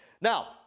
Now